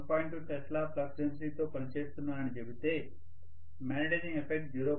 2 tesla flux డెన్సిటీతో పనిచేస్తున్నానని చెబితే మాగ్నెటైజింగ్ ఎఫెక్ట్ 0